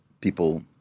people